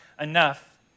enough